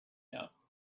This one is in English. know